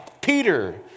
Peter